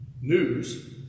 news